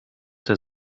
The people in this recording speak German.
der